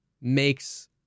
makes